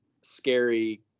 scary